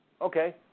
Okay